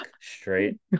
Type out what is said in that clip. straight